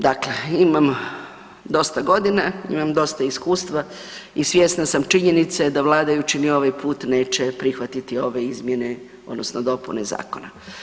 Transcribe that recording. Dakle, imam dosta godina, imam dosta iskustva i svjesna sam činjenica da vladajući ni ovaj put neće prihvatiti ove izmjene, odnosno dopune zakona.